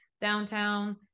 downtown